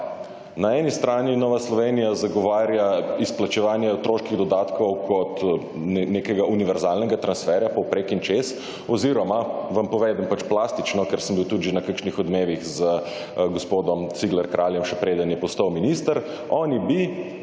Na eni strani Nova Slovenija zagovarja izplačevanje otroških dodatkov kot nekega univerzalnega transferja povprek in čez oziroma vam povem plastično, ker sem bil tudi že na kakšnih Odmevih z gospodom Cigler Kraljem še preden je postal minister, oni bi,